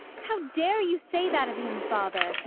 how dare you say that of him, father?